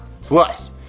Plus